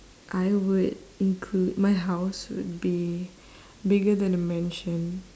I would include my house would be bigger than a mansion